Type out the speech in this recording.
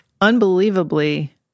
Unbelievably